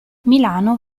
milano